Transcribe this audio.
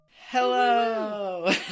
Hello